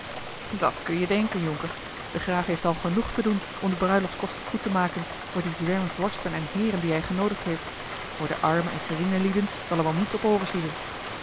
dat kun je denken jonker de graaf heeft al genoeg te doen om de bruiloftskosten goed te maken voor dien zwerm vorsten en heeren die hij genoodigd heeft voor de arme en geringe lieden zal er wel niets op overschieten